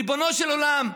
ריבונו של עולם,